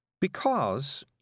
Because